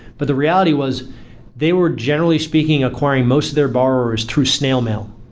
but the reality was they were generally speaking acquiring most of their borrowers through snail mail,